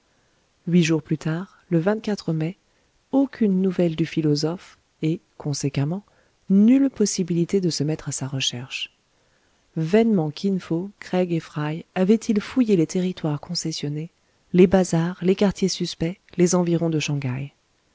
huit jours plus tard le mai aucune nouvelle du philosophe et conséquemment nulle possibilité de se mettre à sa recherche vainement kin fo craig et fry avaient-ils fouillé les territoires concessionnés les bazars les quartiers suspects les environs de shang haï